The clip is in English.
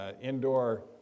indoor